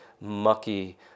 mucky